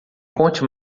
conte